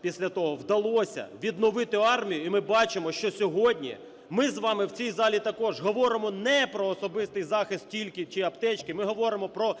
після того вдалося відновити армію. І ми бачимо, що сьогодні ми з вами в цій залі також говоримо не про особистий захист тільки чи аптечки. Ми говоримо про